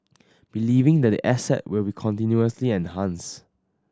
believing that the asset will be continuously enhanced